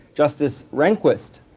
justice rehnquist,